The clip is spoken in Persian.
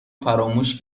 فراموش